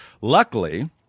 Luckily